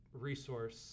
resource